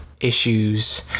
issues